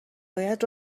باید